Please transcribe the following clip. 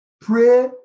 pray